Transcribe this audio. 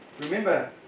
Remember